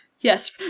Yes